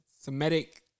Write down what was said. Semitic